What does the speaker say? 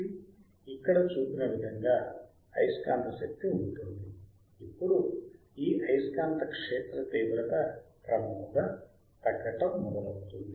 కాబట్టి ఇక్కడ చూపిన విధంగా అయస్కాంత శక్తి ఉంటుంది ఇప్పుడు ఈ అయస్కాంత క్షేత్ర తీవ్రత క్రమముగా తగ్గటం మొదలవుతుంది